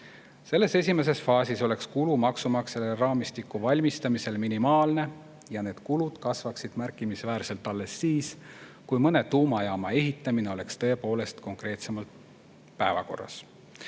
Selles esimeses faasis oleks kulu maksumaksjale raamistiku valmistamisel minimaalne ja kulud kasvaksid märkimisväärselt alles siis, kui mõne tuumajaama ehitamine oleks tõepoolest konkreetsemalt päevakorras.